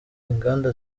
inganda